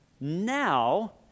now